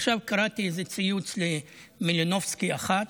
עכשיו קראתי איזה ציוץ של מלינובסקי אחת,